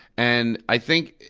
and i think,